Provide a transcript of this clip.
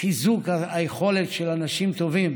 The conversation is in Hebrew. חיזוק היכולת של אנשים טובים